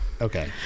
okay